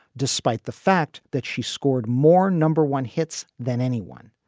despite the fact that she scored more number one hits than anyone,